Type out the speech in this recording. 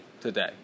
today